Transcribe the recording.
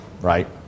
right